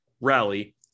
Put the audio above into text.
rally